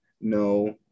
No